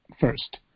first